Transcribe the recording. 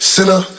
Sinner